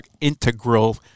integral